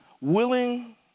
willing